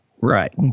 Right